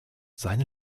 seine